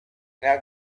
now